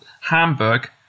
Hamburg